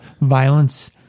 violence